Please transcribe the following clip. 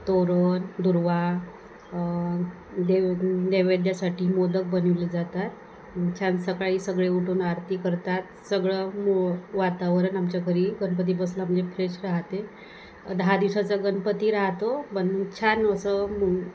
तोरण दुर्वा देव नैवेद्यासाठी मोदक बनवले जातात छान सकाळी सगळे उठून आरती करतात सगळं मो वातावरण आमच्या घरी गणपती बसला म्हणजे फ्रेश राहाते दहा दिवसाचं गणपती राहातो म्हणून छान असं